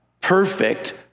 perfect